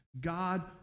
God